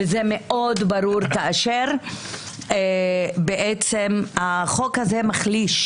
וזה מאוד ברור כאשר החוק הזה מחליש,